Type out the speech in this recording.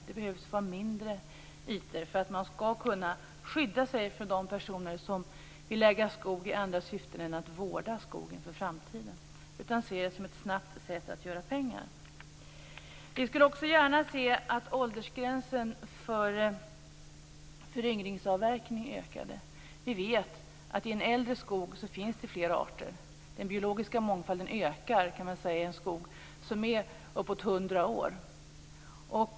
Det behöver vara mindre ytor för att man skall kunna skydda sig mot de personer som vill ha skog i andra syften än att vårda den för framtiden. De ser det som ett snabbt sätt att göra pengar. Vi skulle också gärna se att åldersgränsen för föryngringsavverkning höjdes. Vi vet att det finns fler arter i en äldre skog. Den biologiska mångfalden ökar i en skog som är uppåt 100 år.